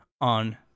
on